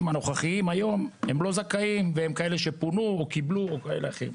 הנוכחיים היום הם לא זכאים והם כאלה שפונו או קיבלו או כאלה אחרים.